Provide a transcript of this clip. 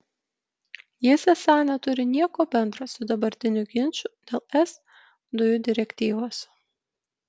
jis esą neturi nieko bendra su dabartiniu ginču dėl es dujų direktyvos